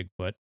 Bigfoot